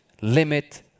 limit